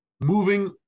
Moving